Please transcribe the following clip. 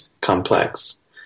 complex